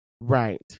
right